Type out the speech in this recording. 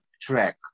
track